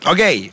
Okay